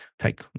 Take